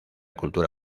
cultura